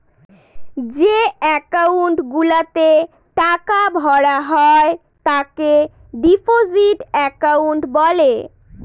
যে একাউন্ট গুলাতে টাকা ভরা হয় তাকে ডিপোজিট একাউন্ট বলে